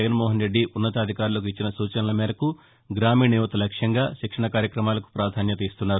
జగన్మోహన్ రెడ్డి ఉన్నతాధికారులకు ఇచ్చిన సూచనల మేరకు గ్రామీణ యువత లక్ష్యంగా శిక్షణ కార్యక్రమాలకు ప్రాధాన్యత ఇస్తున్నారు